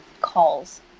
calls